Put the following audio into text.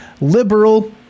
Liberal